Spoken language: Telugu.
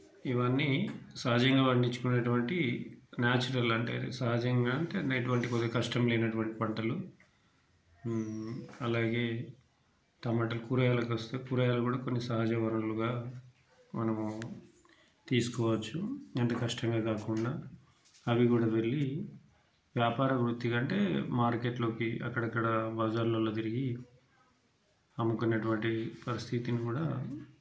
ఇవన్నీ సహజంగా పండించుకునేటువంటి నాచురల్ అంటే సహజంగా అంటే ఇటువంటి కొంచెం కష్టం లేనటువంటి పనులు అలాగే తమ కూరగాయలకు వస్తే కూరగాయలు కూడా సహజ వనరులుగా మనం తీసుకోవచ్చు ఎంత కష్టంగా కాకుండా అవి కూడా వెళ్లి వ్యాపార వృత్తి కంటే మార్కెట్లోకి అక్కడక్కడ బజార్లల్లో తిరిగి అమ్ముకునేటువంటి పరిస్థితిని కూడా